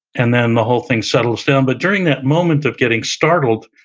and then the whole thing settles down. but during that moment of getting startled,